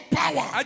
power